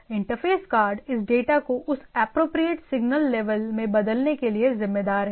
interface card इस data को उस एप्रोप्रियेट सिग्नल लेवल में बदलने के लिए जिम्मेदार है